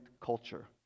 culture